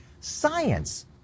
Science